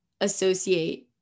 associate